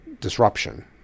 disruption